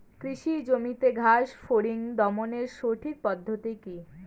কৃষি জমিতে ঘাস ফরিঙ দমনের সঠিক পদ্ধতি কি?